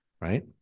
right